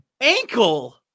Ankle